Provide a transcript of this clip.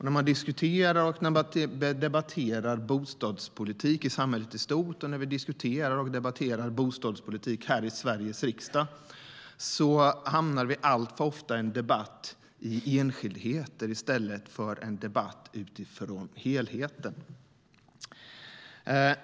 När man diskuterar och debatterar bostadspolitik i samhället i stort och när vi diskuterar och debatterar bostadspolitik här i Sveriges riksdag hamnar vi alltför ofta i en debatt om enskildheter i stället för en debatt utifrån helheten.